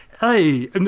Hey